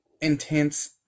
intense